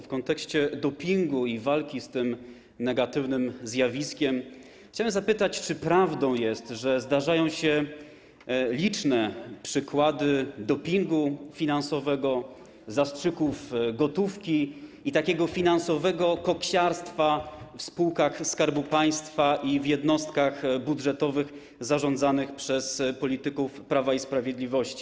W kontekście dopingu i walki z tym negatywnym zjawiskiem chciałem zapytać: Czy prawdą jest, że zdarzają się liczne przykłady dopingu finansowego, zastrzyków gotówki i takiego finansowego koksiarstwa w spółkach Skarbu Państwa i w jednostkach budżetowych zarządzanych przez polityków Prawa i Sprawiedliwości?